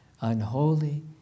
unholy